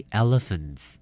elephants